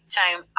time